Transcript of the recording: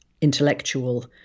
intellectual